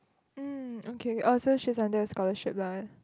um okay oh so she's under a scholarship lah